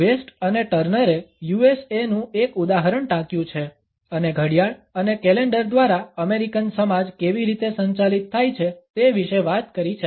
waste અને ટર્નરે USA નું એક ઉદાહરણ ટાંક્યું છે અને ઘડિયાળ અને કેલેન્ડર દ્વારા અમેરિકન સમાજ કેવી રીતે સંચાલિત થાય છે તે વિશે વાત કરી છે